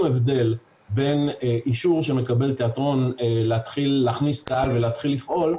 הבדל בין אישור שמקבל תיאטרון להתחיל להכניס קהל ולהתחיל לפעול,